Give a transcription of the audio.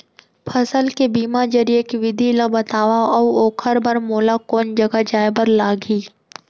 फसल के बीमा जरिए के विधि ला बतावव अऊ ओखर बर मोला कोन जगह जाए बर लागही?